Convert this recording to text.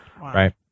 Right